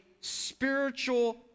spiritual